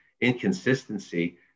inconsistency